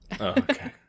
Okay